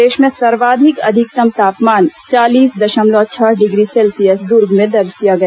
प्रदेश में सर्वाधिक अधिकतम तापमान चालीस दशमलव छह डिग्री सेल्सियस द्र्ग में दर्ज किया गया